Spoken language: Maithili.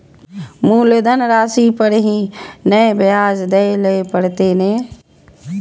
मुलधन राशि पर ही नै ब्याज दै लै परतें ने?